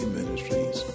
Ministries